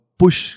push